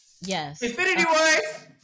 Yes